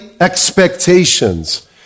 expectations